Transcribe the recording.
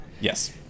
Yes